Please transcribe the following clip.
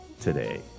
today